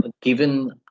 given